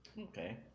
Okay